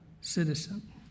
citizen